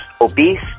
obese